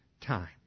time